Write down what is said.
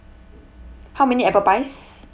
how many apple pies